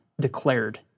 declared